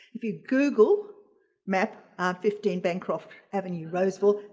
if you google map fifteen bancroft avenue, roseville,